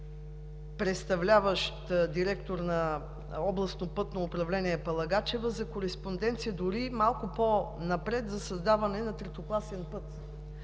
представляващ директор на Областно пътно управление Палагачева за дори малко по-напред – за създаване на третокласен път,